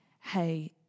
Hey